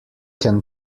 can